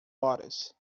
horas